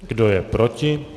Kdo je proti?